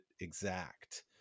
exact